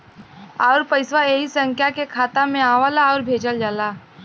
आउर पइसवा ऐही संख्या के खाता मे आवला आउर भेजल जाला